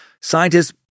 scientists